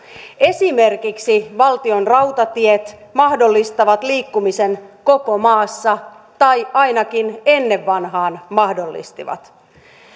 esimerkiksi valtionrautatiet mahdollistaa liikkumisen koko maassa tai ainakin ennen vanhaan mahdollisti